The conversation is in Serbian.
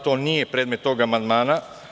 To nije predmet tog amandmana.